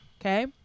Okay